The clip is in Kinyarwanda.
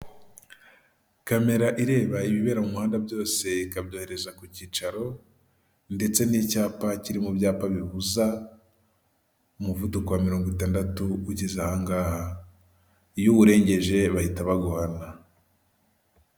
Kamera ireba ibibera muhanda byose ikabyohereza ku kicaro ndetse n'icyapa kiri mu byapa bibuza umuvuduko wa mirongo itandatu ugezeha, iyo uwurengeje bahita baguhana.